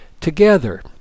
together